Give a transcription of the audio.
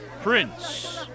Prince